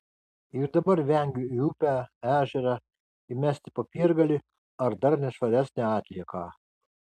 ir dabar vengiu į upę ežerą įmesti popiergalį ar dar nešvaresnę atlieką